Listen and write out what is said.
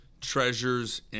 treasures